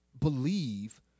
believe